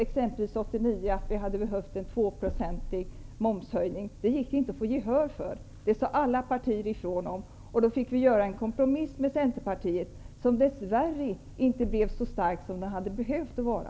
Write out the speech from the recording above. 1989 ville vi genomföra en tvåprocentig momshöjning. Det gick inte att få gehör för denna åtgärd. Alla partier sade ifrån. Vi fick då göra en kompromiss med Centerpartiet, som dess värre inte blev så stark som den hade behövt vara.